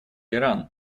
иран